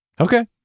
okay